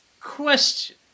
Question